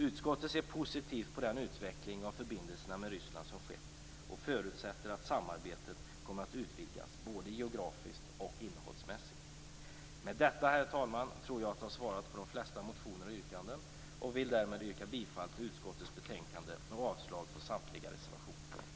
Utskottet ser positivt på den utveckling av förbindelserna med Ryssland som skett och förutsätter att samarbetet kommer att utvidgas både geografiskt och innehållsmässigt. Med detta, herr talman, tror jag att jag har svarat på de flesta motioner och yrkanden och vill därmed yrka bifall till hemställan i utskottets betänkande och avslag på samtliga reservationer.